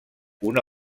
una